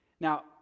Now